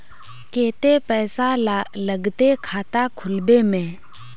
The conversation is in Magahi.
केते पैसा लगते खाता खुलबे में?